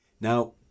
now